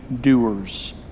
doers